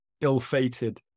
ill-fated